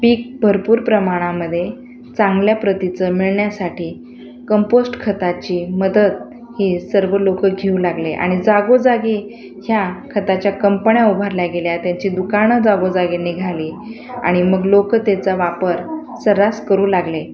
पीक भरपूर प्रमाणामध्ये चांगल्या प्रतीचं मिळण्यासाठी कंपोस्ट खताची मदत ही सर्व लोकं घेऊ लागले आणि जागोजागी ह्या खताच्या कंपन्या उभारल्या गेल्या त्याची दुकानं जागोजागी निघाली आणि मग लोकं त्याचा वापर सर्रास करू लागले